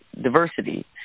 diversity